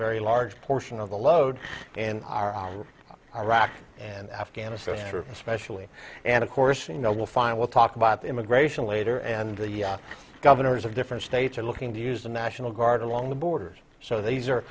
very large portion of the load and our iraq and afghanistan especially and of course you know we'll find we'll talk about immigration later and the governors of different states are looking to use the national guard along the borders so these are